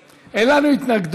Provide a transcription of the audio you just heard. גברתי השרה, אין לנו התנגדות